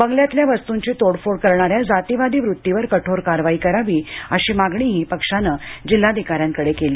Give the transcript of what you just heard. बंगल्यातल्या वस्तूंची तोडफोड करणाऱ्या जातीवादी वृत्तीवर कठोर कारवाई करावी अशी मागणीही पक्षाने जिल्हाधिकाऱ्यांकडे केली